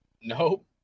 Nope